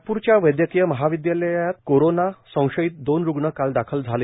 नागपरच्या वैदयकीय महाविदयालयात कोरोना संशयित दोन रूग्ण काल दाखल झाले